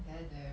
there there